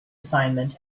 assignment